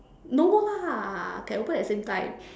no lah can open at the same time